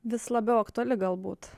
vis labiau aktuali galbūt